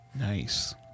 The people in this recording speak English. Nice